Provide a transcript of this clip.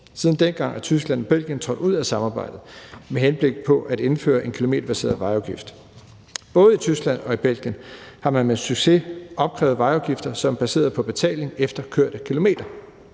Siden dengang er Tyskland og Belgien trådt ud af samarbejdet med henblik på at indføre en kilometerbaseret vejafgift. Både i Tyskland og i Belgien har man med succes opkrævet vejafgifter, som er baseret på betaling efter kørte kilometer.